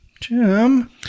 Jim